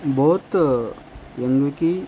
both యంగ్కి